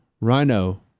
Rhino